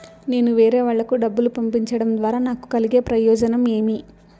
నేను వేరేవాళ్లకు డబ్బులు పంపించడం ద్వారా నాకు కలిగే ప్రయోజనం ఏమి?